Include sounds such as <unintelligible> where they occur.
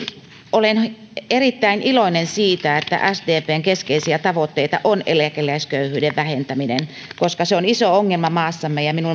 olen erittäin iloinen siitä että sdpn keskeisiä tavoitteita on eläkeläisköyhyyden vähentäminen koska se on iso ongelma maassamme ja minun <unintelligible>